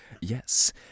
Yes